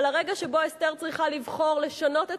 אבל הרגע שבו אסתר צריכה לבחור לשנות את